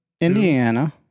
Indiana